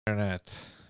Internet